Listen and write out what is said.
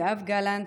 יואב גלנט,